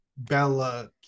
Bella